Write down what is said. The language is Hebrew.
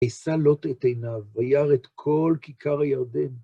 עשה לוט את עיניו, וירא את כל כיכר ירדן.